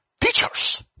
teachers